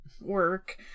work